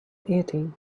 eating